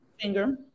finger